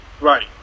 right